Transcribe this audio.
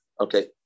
Okay